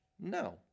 No